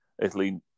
Italy